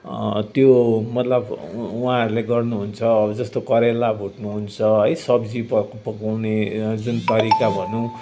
त्यो मतलब उहाँहरूले गर्नु हुन्छ अब जस्तो करेला भुट्नु हुन्छ है सब्जी पक पकाउने जुन तरिका भनौँ